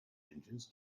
engines